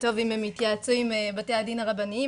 טוב אם הם התייעצו עם בתי הדין הרבניים,